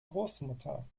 großmutter